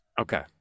okay